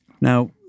Now